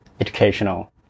educational